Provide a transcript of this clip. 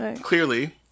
clearly